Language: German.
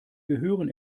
gehören